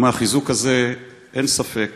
והחיזוק הזה, אין ספק